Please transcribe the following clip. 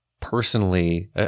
Personally